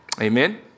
Amen